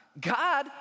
God